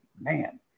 man